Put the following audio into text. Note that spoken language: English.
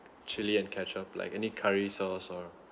chili and ketchup like any curry sauce or